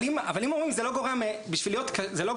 אבל אם אומרים זה לא גורע בשביל להיות --- שוב,